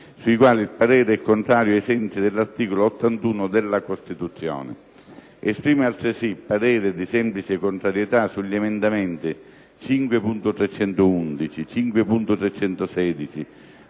sui quali il parere è contrario, ai sensi dell'articolo 81 della Costituzione. Esprime, altresì, parere di semplice contrarietà sugli emendamenti 5.311, 5.316,